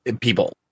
people